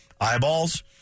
eyeballs